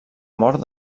mort